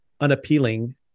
unappealing